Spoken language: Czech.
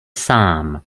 sám